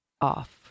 off